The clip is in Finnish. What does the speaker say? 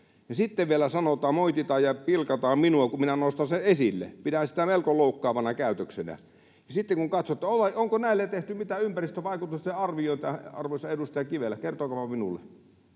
Sitten vielä moititaan ja pilkataan minua, kun minä nostan sen esille. Pidän sitä melko loukkaavana käytöksenä. Onko näille tehty mitään ympäristövaikutusten arvioita, arvoisa edustaja Kivelä? Kertokaapa minulle.